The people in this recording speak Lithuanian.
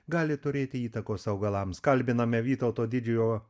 gali turėti įtakos augalams kalbinome vytauto didžiojo